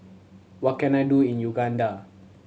what can I do in Uganda